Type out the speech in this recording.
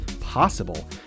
possible